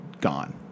gone